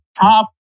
top